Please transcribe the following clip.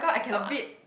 a bit